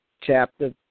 Chapter